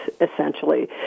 essentially